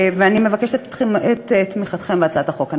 ואני מבקשת את תמיכתם בהצעת החוק.